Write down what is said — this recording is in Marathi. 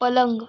पलंग